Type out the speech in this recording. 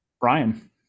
Brian